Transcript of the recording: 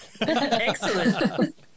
Excellent